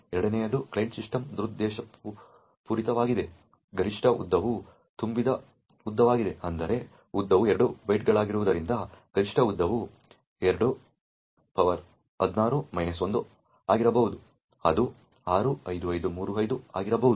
ಎರಡನೆಯದು client system ದುರುದ್ದೇಶಪೂರಿತವಾಗಿ ಗರಿಷ್ಠ ಉದ್ದವನ್ನು ತುಂಬಿದ ಉದ್ದವಾಗಿದೆ ಅಂದರೆ ಉದ್ದವು 2 ಬೈಟ್ಗಳಾಗಿರುವುದರಿಂದ ಗರಿಷ್ಠ ಉದ್ದವು 216 1 ಆಗಿರಬಹುದು ಅದು 65535 ಆಗಿರಬಹುದು